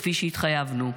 כפי שהתחייבנו.